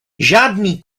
žádný